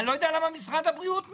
אני לא יודע למה משרד הבריאות מתנגד.